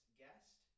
guest